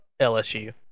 LSU